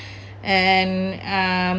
and uh